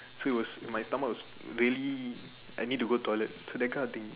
so it was my stomach was really I need to go toilet that kind of thing